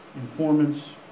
informants